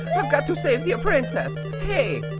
i've got to save the princess. hey,